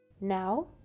Now